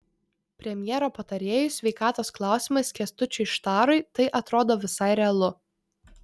premjero patarėjui sveikatos klausimais kęstučiui štarui tai atrodo visai realu